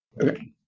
okay